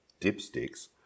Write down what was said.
dipsticks